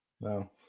No